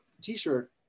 t-shirt